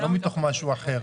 לא מתוך משהו אחר.